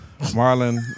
Marlon